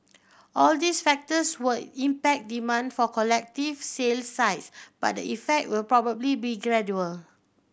all these factors will impact demand for collective sale sites but the effect will probably be gradual